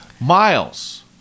Miles